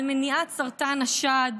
על מניעת סרטן השד,